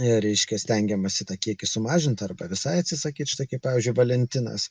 reiškia stengiamasi tą kiekį sumažinti arba visai atsisakyti štai kaip pavyzdžiui valentinas